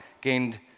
gained